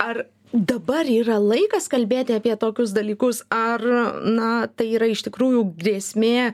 ar dabar yra laikas kalbėti apie tokius dalykus ar na tai yra iš tikrųjų grėsmė